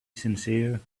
sincere